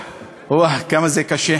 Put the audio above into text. כמה זה קשה,